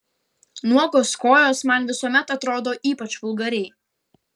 nuogos kojos man visuomet atrodo ypač vulgariai